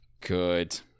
Good